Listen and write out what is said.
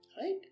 Right